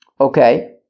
Okay